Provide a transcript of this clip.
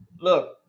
Look